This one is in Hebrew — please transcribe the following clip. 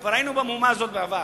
כבר היינו במהומה הזאת בעבר,